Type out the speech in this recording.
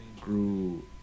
grew